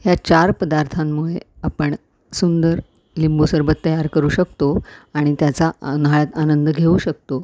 ह्या चार पदार्थांमुळे आपण सुंदर लिंबू सरबत तयार करू शकतो आणि त्याचा उन्हाळ्यात आनंद घेऊ शकतो